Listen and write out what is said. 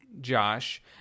Josh